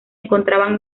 encontraban